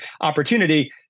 opportunity